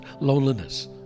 loneliness